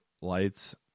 lights